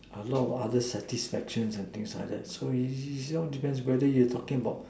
a lot of other satisfaction and things like that so it it all depends whether you talking about